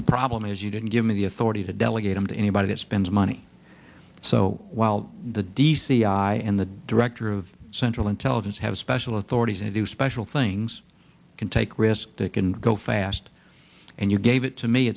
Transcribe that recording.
the problem is you didn't give me the authority to delegate them to anybody that spends money so while the d c i and the director of central intelligence have special authority to do special things can take risks that can go fast and you gave it to me